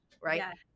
Right